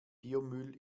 biomüll